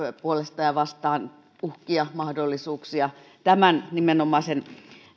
puolesta ja vastaan uhkia ja mahdollisuuksia tämän nimenomaisen